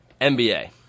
NBA